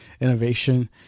innovation